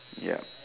ya